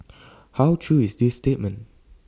how true is this statement